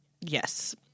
yes